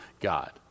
God